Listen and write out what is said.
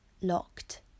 locked